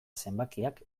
zenbakiak